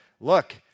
look